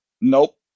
Nope